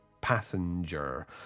passenger